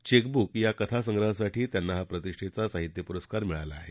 chequebook या कथा संग्रहासाठी त्यांना हा प्रतिष्ठेचा साहित्य पुरस्कार मिळाला आहे